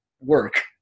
work